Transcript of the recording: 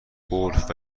گلف